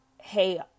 hey